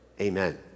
Amen